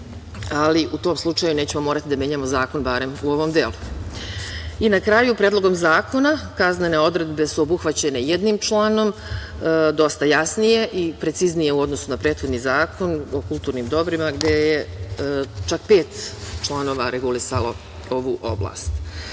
ali u tom slučaju nećemo morati da menjamo zakon, barem u ovom delu. Na kraju, Predlogom zakona kaznene odredbe su obuhvaćene jednim članom dosta jasnije i preciznije u odnosu na prethodni Zakon o kulturnim dobrima, gde je čak pet članova regulisalo ovu oblast.Za